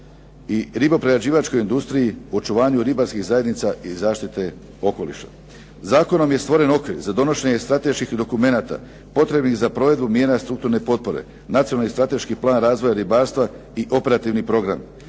i riboprerađivačkoj industriji, očuvanju ribarskih zajednica i zaštite okoliša. Zakonom je stvoren okvir za donošenje strateških dokumenata potrebnih za provedbu mjera strukturne potpore, nacionalni i strateški plan razvoja ribarstva i operativni program.